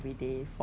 no maybe